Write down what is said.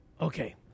Okay